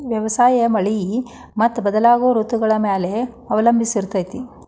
ವ್ಯವಸಾಯ ಮಳಿ ಮತ್ತು ಬದಲಾಗೋ ಋತುಗಳ ಮ್ಯಾಲೆ ಅವಲಂಬಿಸೈತ್ರಿ